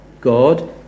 God